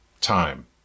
time